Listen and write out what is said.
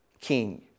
king